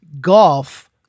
golf